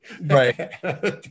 Right